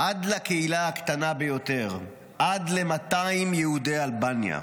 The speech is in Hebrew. עד לקהילה הקטנה ביותר, עד ל-200 יהודי אלבניה.